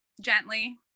gently